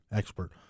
expert